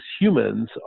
humans